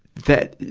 that,